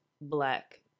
black